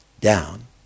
down